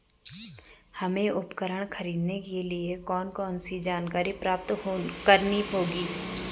हमें उपकरण खरीदने के लिए कौन कौन सी जानकारियां प्राप्त करनी होगी?